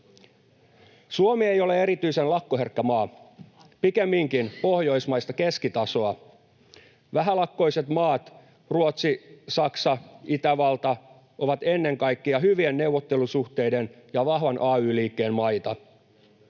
Suomi ei ole erityisen lakkoherkkä maa, pikemminkin pohjoismaista keskitasoa. Vähälakkoiset maat — Ruotsi, Saksa, Itävalta — ovat ennen kaikkea hyvien neuvottelusuhteiden ja vahvan ay-liikkeen maita.